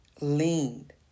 leaned